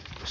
jos